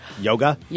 Yoga